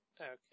Okay